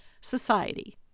society